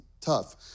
tough